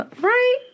right